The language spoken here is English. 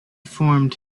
formed